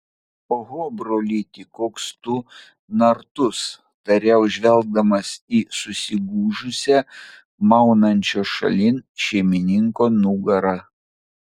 oho brolyti koks tu nartus tariau žvelgdamas į susigūžusią maunančio šalin šeimininko nugarą